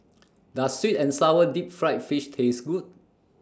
Does Sweet and Sour Deep Fried Fish Taste Good